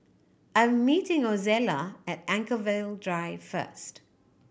I'm meeting Ozella at Anchorvale Drive first